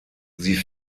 sie